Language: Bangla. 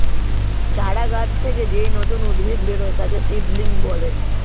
চারা গাছ থেকে যেই নতুন উদ্ভিদ বেরোয় তাকে সিডলিং বলে